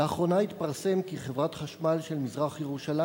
לאחרונה התפרסם כי חברת החשמל של מזרח-ירושלים